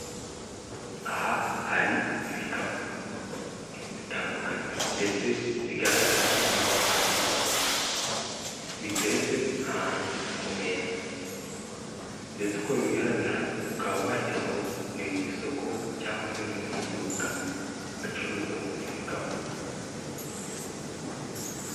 Aha hari ibikapu bitandukanye ndetse bigaragara nk'amavarisi, bitetse ahantu ku meza ndetse uko bigaragara ukaba wagira ngo ni mu isoko cyangwa se no mu iduka bacuruzamo ibikapu.